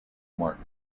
martin